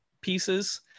pieces